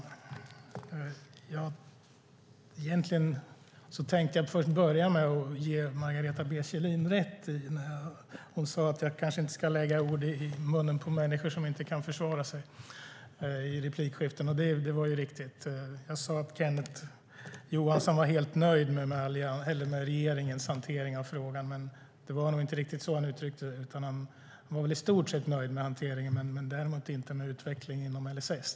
Herr talman! Jag ska börja med att ge Margareta B Kjellin rätt i det hon sade om att jag kanske inte ska lägga ord i munnen på människor som inte kan försvara sig i replikskiften. Det är ju riktigt. Jag sade att Kenneth Johansson var helt nöjd med regeringens hantering av frågan, men det var nog inte riktigt så han uttryckte det. Han var väl i stort sett nöjd med hanteringen men däremot inte med utvecklingen inom LSS.